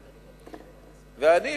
ואני,